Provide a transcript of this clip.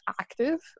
active